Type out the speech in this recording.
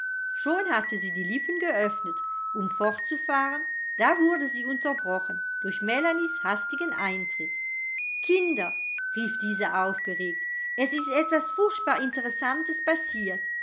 schon hatte sie die lippen geöffnet um fortzufahren da wurde sie unterbrochen durch melanies hastigen eintritt kinder rief diese aufgeregt es ist etwas furchtbar interessantes passiert